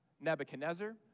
Nebuchadnezzar